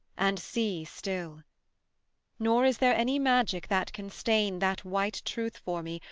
and see still nor is there any magic that can stain that white truth for me,